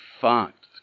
fact